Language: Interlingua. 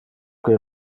que